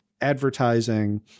advertising